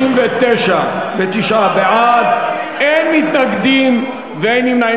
59 בעד, אין מתנגדים ואין נמנעים.